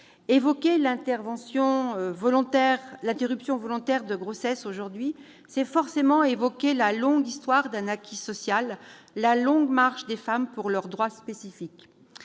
Évoquer l'interruption volontaire de grossesse aujourd'hui, c'est forcément faire référence à la longue histoire d'un acquis social, à la longue marche des femmes pour leurs droits spécifiques.